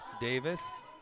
Davis